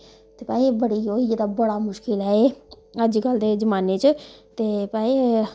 ते भाई बड़ी ओह् होई गेदा बड़ा मुश्कल ऐ एह् अज्ज कल दे जमाने च ते भाई